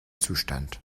zustand